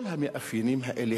כל המאפיינים האלה,